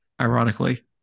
Ironically